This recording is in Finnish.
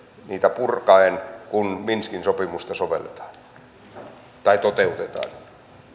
niitä purkaen kun mins kin sopimusta toteutetaan